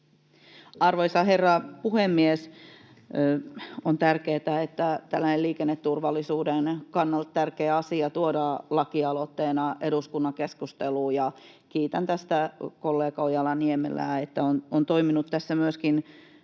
Arvoisa herra puhemies! On tärkeätä, että tällainen liikenneturvallisuuden kannalta tärkeä asia tuodaan lakialoitteena eduskunnan keskusteluun, ja kiitän tästä kollega Ojala-Niemelää, että hän on toiminut tässä myöskin